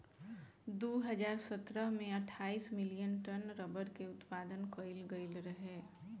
दू हज़ार सतरह में अठाईस मिलियन टन रबड़ के उत्पादन कईल गईल रहे